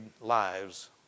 lives